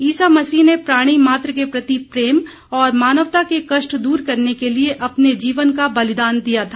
ईसा मसीह ने प्राणी मात्र के प्रति प्रेम और मानवता के कष्ट दूर करने के लिए अपने जीवन का बलिदान दिया था